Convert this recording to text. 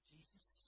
Jesus